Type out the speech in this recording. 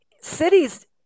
cities